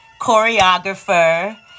choreographer